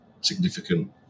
significant